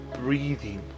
breathing